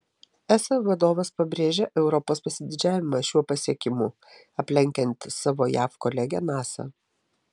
esa vadovas pabrėžė europos pasididžiavimą šiuo pasiekimu aplenkiant savo jav kolegę nasa